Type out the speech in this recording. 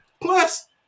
Plus